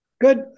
Good